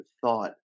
thought